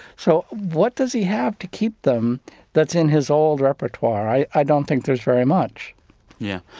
so what does he have to keep them that's in his old repertoire? i i don't think there's very much yeah.